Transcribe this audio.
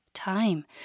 Time